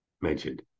mentioned